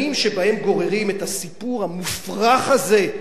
שבהן גוררים את הסיפור המופרך הזה,